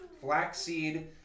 flaxseed